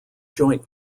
joint